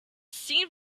seen